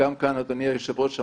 אדוני היושב-ראש,